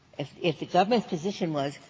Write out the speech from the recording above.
if if the government's position was,